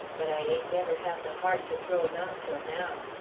but i ain't ever had the heart to throw em out till now.